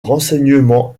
renseignement